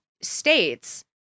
States